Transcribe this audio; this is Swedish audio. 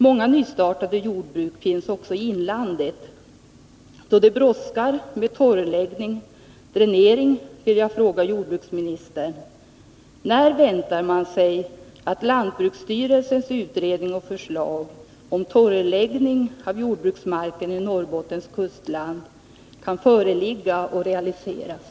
Många nystartade jordbruk finns också i inlandet. Då det brådskar med torrläggning och dränering vill jag fråga jordbruksministern: När väntas lantbruksstyrelsens utredning och förslag om torrläggning av jordbruksmark i Norrbottens kustland kunna föreligga och realiseras?